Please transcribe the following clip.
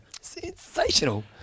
Sensational